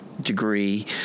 Degree